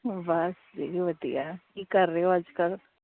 ਬਸ ਜੀ ਵਧੀਆ ਕੀ ਕਰ ਰਹੇ ਹੋ ਅੱਜ ਕੱਲ੍ਹ